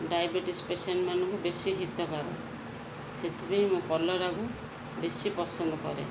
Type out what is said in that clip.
diabetes patient ମାନଙ୍କୁ ବେଶୀ ହିତକାର ସେଥିପାଇଁ ମୁଁ କଲରାକୁ ବେଶୀ ପସନ୍ଦ କରେ